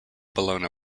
bologna